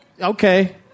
Okay